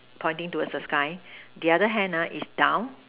pointing towards the sky the other hand ah is down